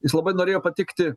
jis labai norėjo patikti